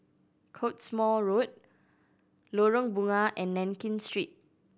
Cottesmore Road Lorong Bunga and Nankin Street